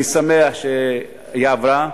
אני שמח שההצעה עברה.